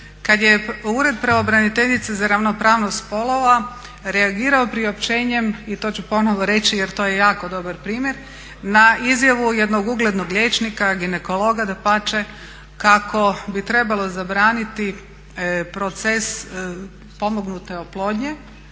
kad je Ured pravobraniteljice za ravnopravnost spolova reagirao priopćenjem i to ću ponovno reći jer to je jako dobar primjer, na izjavu jednog uglednog liječnika, ginekologa dapače kako bi trebalo zabraniti proces pomognute oplodnje